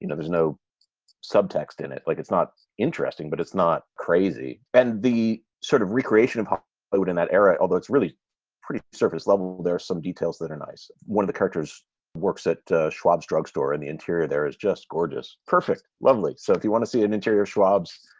you know there's no subtext in it. like it's not interesting, but it's not crazy. and the sort of recreation of it would in that era. although it's really pretty surface level, there are some details that are nice. one of the characters works at schwab's drugstore in the interior. there is just gorgeous. perfect. lovely. so if you want to see an interior schwab's,